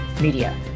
media